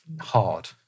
hard